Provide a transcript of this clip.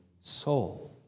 soul